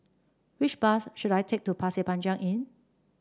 which bus should I take to Pasir Panjang Inn